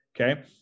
Okay